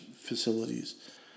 facilities